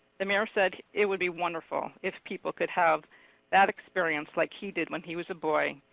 the mayor said it would be wonderful if people could have that experience like he did when he was a boy,